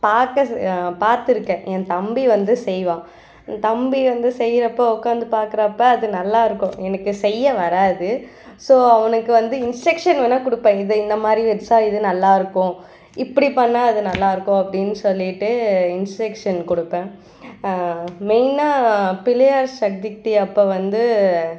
பார்த்த பார்த்துருக்கேன் என் தம்பி வந்து செய்வான் என் தம்பி வந்து செய்கிறப்போ உட்காந்து பார்க்குறப்ப அது நல்லா இருக்கும் எனக்கு செய்ய வராது ஸோ அவனுக்கு வந்து இன்ஸ்ட்ரெக்ஷன் வேணா கொடுப்பேன் இது இந்தமாதிரி வச்சால் இது நல்லாயிருக்கும் இப்படி பண்ணால் அது நல்லா இருக்கும் அப்படின்னு சொல்லிட்டு இன்ஸ்ட்ரெக்ஷன் கொடுப்பேன் மெயினாக பிள்ளையார் சதூர்த்தி அப்போ வந்து